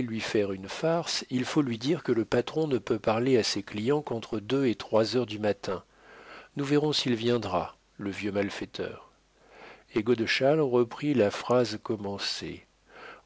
lui faire une farce il faut lui dire que le patron ne peut parler à ses clients qu'entre deux et trois heures du matin nous verrons s'il viendra le vieux malfaiteur et godeschal reprit la phrase commencée